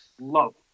love